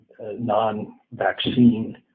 non-vaccine